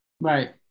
Right